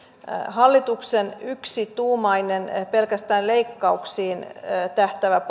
hallituksen yksituumainen pelkästään leikkauksiin tähtäävä